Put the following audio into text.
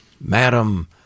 madam